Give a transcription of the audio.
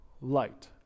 light